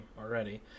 already